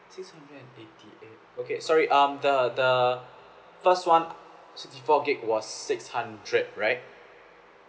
six hundred and eighty eight okay sorry um the the first one sixty four gig was six hundred right